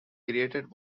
created